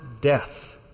death